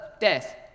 death